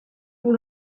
pour